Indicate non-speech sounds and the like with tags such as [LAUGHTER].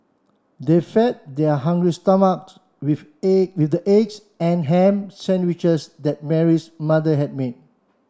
they fed their hungry [UNINTELLIGIBLE] with the [UNINTELLIGIBLE] with the eggs and ham sandwiches that Mary's mother had made